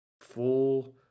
full